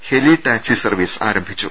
ഹെലി taxi service ആരംഭിച്ചു